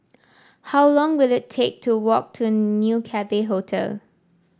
how long will it take to walk to New Cathay Hotel